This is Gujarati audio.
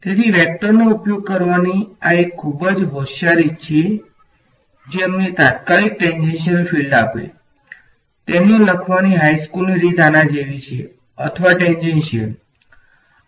તેથી વેક્ટરનો ઉપયોગ કરવાની આ એક ખૂબ જ હોંશિયાર રીત છે કે અમને તાત્કાલિક ટેન્જેન્શિયલ ફીલ્ડ આપો તેને લખવાની હાઇસ્કૂલની રીત આના જેવી છે અથવા ટેન્જેન્શિયલ